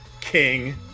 King